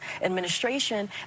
administration